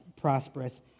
prosperous